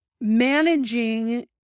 Managing